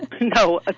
No